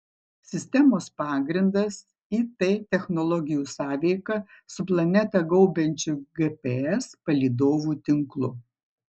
sistemos pagrindas it technologijų sąveika su planetą gaubiančiu gps palydovų tinklu